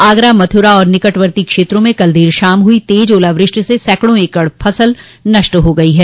आगरा मथुरा और निकटवर्ती क्षेत्रों मे कल देर शाम हुई तेज ओलावृष्टि से सैकड़ों एकड़ फसल नष्ट हो गई हैं